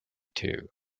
two